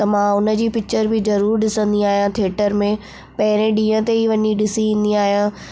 त मां हुनजी पिच्चर बि ज़रूरु ॾिसंदी आहियां थिएटर में पहिरें ॾींहं ते ई वञी ॾिसी ईंदी आहियां